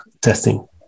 testing